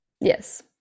Yes